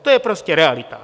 To je prostě realita.